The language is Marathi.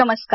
नमस्कार